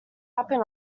happen